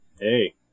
Hey